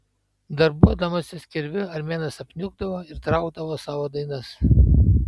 darbuodamasis kirviu armėnas apniukdavo ir traukdavo savo dainas